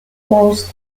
most